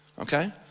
okay